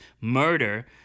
murder